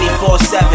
24-7